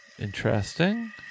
Interesting